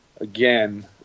again